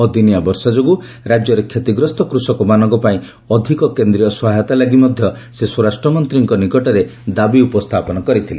ଅଦିନିଆ ବର୍ଷା ଯୋଗୁଁ ରାଜ୍ୟରେ କ୍ଷତିଗ୍ରସ୍ତ କୃଷକମାନଙ୍କ ପାଇଁ ଅଧିକ କେନ୍ଦ୍ରୀୟ ସହାୟତା ଲାଗି ମଧ୍ୟ ସେ ସ୍ୱରାଷ୍ଟ୍ର ମନ୍ତ୍ରୀଙ୍କ ନିକଟରେ ଦାବି ଉପସ୍ଥାପନ କରିଥିଲେ